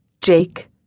Jake